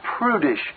prudish